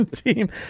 team